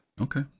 Okay